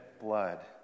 blood